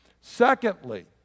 Secondly